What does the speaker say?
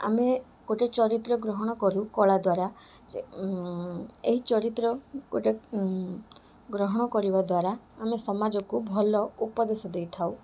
ଆମେ ଗୋଟେ ଚରିତ୍ର ଗ୍ରହଣ କରୁ କଳା ଦ୍ୱାରା ଯେ ଏହି ଚରିତ୍ର ଗୋଟେ ଗ୍ରହଣ କରିବା ଦ୍ୱାରା ଆମେ ସମାଜକୁ ଭଲ ଉପଦେଶ ଦେଇଥାଉ